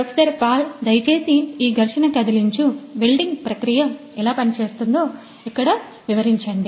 professor Paul దయచేసి ఈ ఘర్షణ కదిలించు వెల్డింగ్ ప్రక్రియ ఎలా పనిచేస్తుందో ఇక్కడ వివరించండి